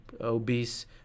obese